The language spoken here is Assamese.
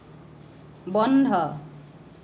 বন্ধ